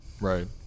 right